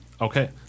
Okay